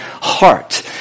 heart